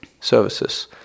services